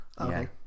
Okay